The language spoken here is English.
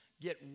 get